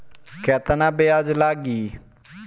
केतना ब्याज लागी?